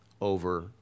over